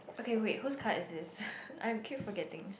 okay wait whose card is this I'm keep forgetting